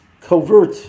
covert